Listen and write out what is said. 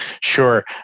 Sure